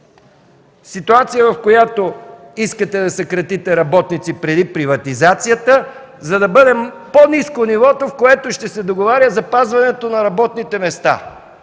Ситуация, в която искате да съкратите работници преди приватизацията, за да бъде по-ниско нивото, в което ще се договаря запазването на работните места,